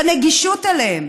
בנגישות שלהם.